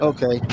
Okay